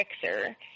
fixer